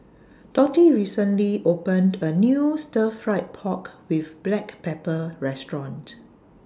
Dottie recently opened A New Stir Fried Pork with Black Pepper Restaurant